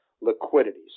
liquidity